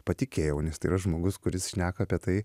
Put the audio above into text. patikėjau nes tai yra žmogus kuris šneka apie tai